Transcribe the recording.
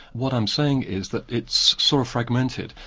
what i'm saying is that it's sort of fragmented,